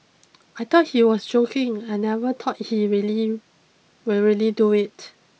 I thought he was joking I never thought he really will really do it